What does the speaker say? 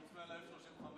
חוץ מעל ה-F-35.